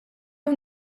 jew